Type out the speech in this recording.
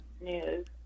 news